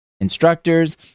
instructors